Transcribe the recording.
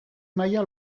maila